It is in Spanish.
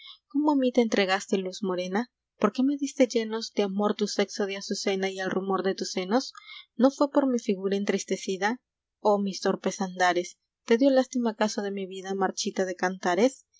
cómo a mí te entregaste luz morena por qué me diste llenos de amor tu sexo de azucena y el rumor de tus senos no fue por mi figura entristecida i oh mis torpes andares te dio lástima acaso de mi vida marchita de cantares